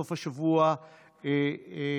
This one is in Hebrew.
בסוף השבוע החולף.